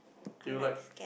do you like